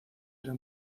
era